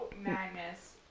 Magnus